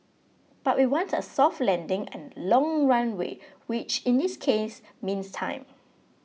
but we want a soft landing and a long runway which in this case means time